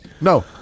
No